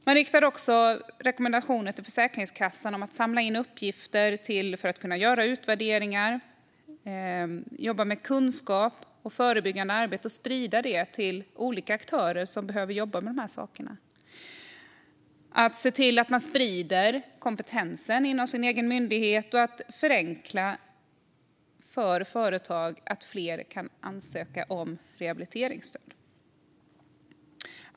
Man riktar också rekommendationer till Försäkringskassan om att samla in uppgifter för att kunna göra utvärderingar, att jobba med kunskap och förebyggande arbete, att sprida detta till olika aktörer som behöver jobba med de här sakerna, att sprida kompetensen inom sin egen myndighet samt att förenkla för företag så att fler kan ansöka om rehabiliteringsstöd.